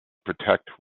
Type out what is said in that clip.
protect